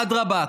אדרבה,